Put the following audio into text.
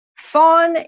fawn